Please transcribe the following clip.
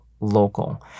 local